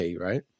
right